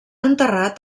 enterrat